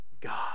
God